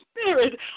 spirit